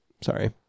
sorry